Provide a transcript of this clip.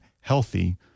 healthy